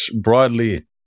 broadly